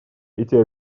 эти